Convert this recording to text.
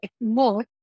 more